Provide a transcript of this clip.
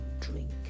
drink